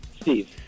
Steve